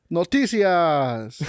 Noticias